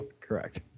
Correct